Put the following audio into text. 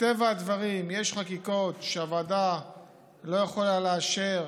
מטבע הדברים, יש חקיקות שהוועדה לא יכולה לאשר,